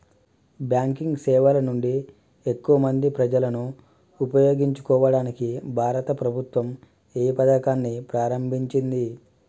Banking సేవల నుండి ఎక్కువ మంది ప్రజలను ఉపయోగించుకోవడానికి భారత ప్రభుత్వం ఏ పథకాన్ని ప్రారంభించింది?